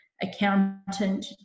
accountant